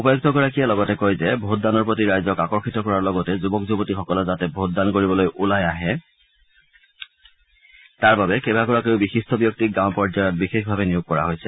উপায়ুক্ত গৰাকীয়ে আৰু লগতে কয় যে ভোটদানৰ প্ৰতি ৰাইজক আকৰ্ষিত কৰাৰ লগতে যুৱক যুৱতীসকলে যাতে ভোটদান কৰিবলৈ ওলা িআহে তাৰ বাবে কেইবাগৰাকীও বিশিষ্ট ব্যক্তিক গাঁও পৰ্যায়ত বিশেষভাৱে নিয়োগ কৰা হৈছে